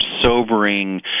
sobering